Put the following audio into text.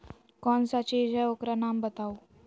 कौन सा चीज है ओकर नाम बताऊ?